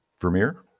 Vermeer